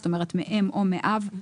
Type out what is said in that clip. זאת אומרת מאם או מאב,